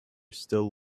still